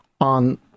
on